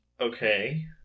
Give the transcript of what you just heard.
Okay